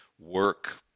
work